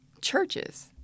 churches